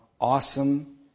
awesome